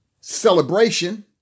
celebration